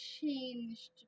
changed